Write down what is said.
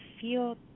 feel